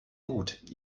gut